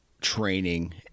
training